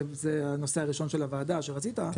זה הנושא הראשון של הוועדה שרצית,